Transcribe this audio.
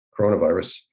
coronavirus